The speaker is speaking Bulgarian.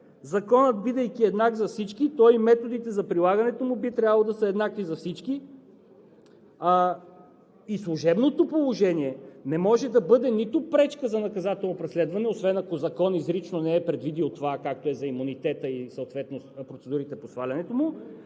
Законът, бидейки еднакъв за всички, то и методите за прилагането му би трябвало да са еднакви за всички. Служебното положение не може да бъде нито пречка за наказателно преследване, освен ако закон изрично не е предвидил това, както е за имунитета и съответно процедурите по свалянето му,